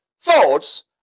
Thoughts